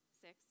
Six